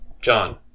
John